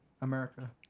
America